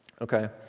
Okay